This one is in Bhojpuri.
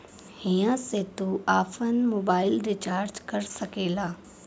हिया से तू आफन मोबाइल रीचार्ज कर सकेला